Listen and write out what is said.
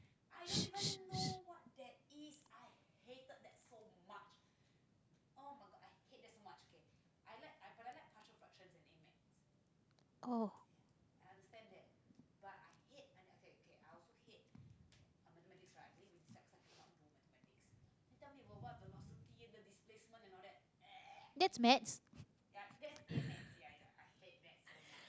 oh that's maths